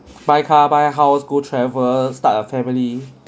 by car buy a house go travel start a family